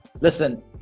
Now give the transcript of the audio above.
listen